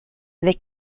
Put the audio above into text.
they